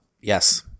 Yes